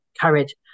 courage